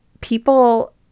people